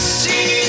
see